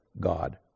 God